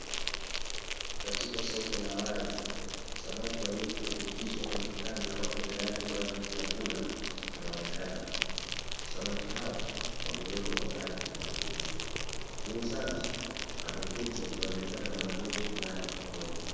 Katika soko la wazi, samaki waliotumbukizwa mafutani na wapo tayari kwaajili ya kula wanaonekana. Samaki hawa wamewekwa kwa ajli ya kuuzwa. Muuzaji, amekiti akionekana na manoti fulani mkononi.